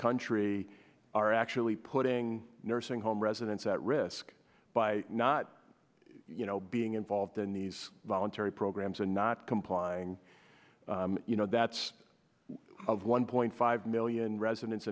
country are actually putting nursing home residents at risk by not being involved in these voluntary programs and not complying you know that's one point five million residents